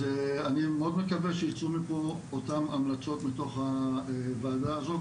אז אני מאוד מקווה שיצאו מפה אותם המלצות מתוך הוועדה הזו,